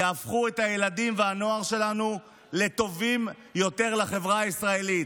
יהפכו את הילדים והנוער שלנו לטובים יותר לחברה הישראלית,